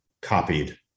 copied